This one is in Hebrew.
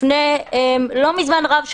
לא לפני זמן רב,